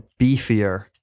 beefier